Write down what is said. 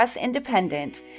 independent